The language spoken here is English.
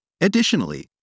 Additionally